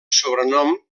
sobrenom